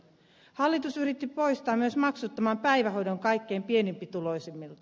hallitus yritti poistaa myös maksuttoman päivähoidon kaikkein pienituloisimmilta